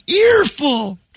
earful